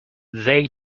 they